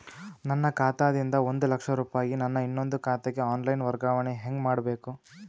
ನನ್ನ ಖಾತಾ ದಿಂದ ಒಂದ ಲಕ್ಷ ರೂಪಾಯಿ ನನ್ನ ಇನ್ನೊಂದು ಖಾತೆಗೆ ಆನ್ ಲೈನ್ ವರ್ಗಾವಣೆ ಹೆಂಗ ಮಾಡಬೇಕು?